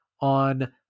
on